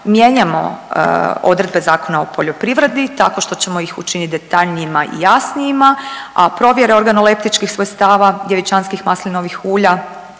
mijenjamo odredbe Zakona o poljoprivredni tako što ćemo ih učiniti detaljnijima i jasnijima, a provjere organoleptičkih svojstava djevičanskih maslinovih ulja